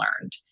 learned